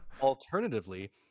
Alternatively